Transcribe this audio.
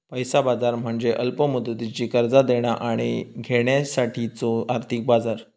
पैसा बाजार म्हणजे अल्प मुदतीची कर्जा देणा आणि घेण्यासाठीचो आर्थिक बाजार